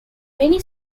many